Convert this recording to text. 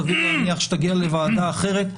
סביר להניח שהיא תגיע לוועדה אחרת,